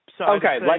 okay